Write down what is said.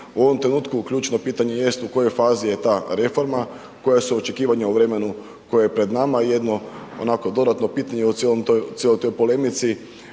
U ovom trenutku ključno pitanje jest u kojoj fazi je ta reforma, koja su očekivanja u vremenu koje je pred nama i jedno onako dodatno pitanje u cijeloj toj polemici,